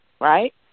right